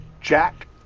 Jack